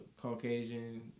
Caucasian